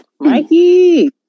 Mikey